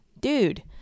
dude